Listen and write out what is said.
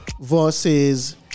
versus